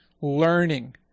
learning